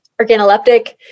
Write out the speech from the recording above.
organoleptic